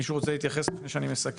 מישהו אחר רוצה להתייחס לפני שאני מסכם?